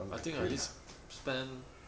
I think I already spend